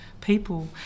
people